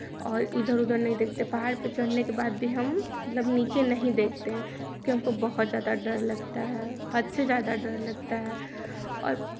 और इधर उधर नहीं देखते है पहाड़ पर चढ़ने के बाद भी हम मतलब नीचे नहीं देखते हैं क्योंकि हमको बहुत ज़्यादा डर लगता है हद से ज़्यादा डर लगता है और